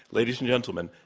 ladies and gentlemen,